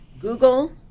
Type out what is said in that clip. Google